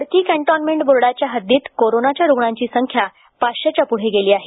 Khadki cantonment बोर्डाच्या हद्दीत कोरोनाच्या रुग्णांची संख्या पाचशेच्या पुढे गेली आहे